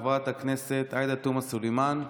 חברת הכנסת עאידה תומא סלימאן,